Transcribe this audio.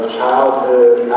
childhood